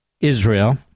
Israel